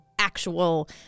actual